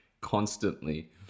constantly